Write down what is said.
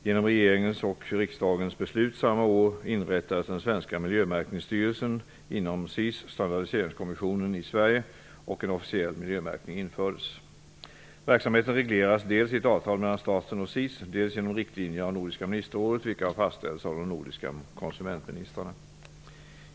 Genom regeringens och riksdagens beslut samma år inrättades den svenska Miljömärkningsstyrelsen inom SIS, Standardiseringskommissionen i Verksamheten regleras dels i ett avtal mellan staten och SIS, dels genom riktlinjer av Nordiska ministerrådet, vilka har fastställts av de nordiska konsumentministrarna.